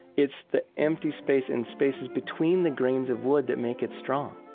it's the empty space and spaces between the grains of wood that make it strong.